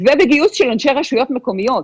ובגיוס של אנשי רשויות מקומיות.